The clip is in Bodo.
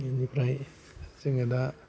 बिनिफ्राय जोङो दा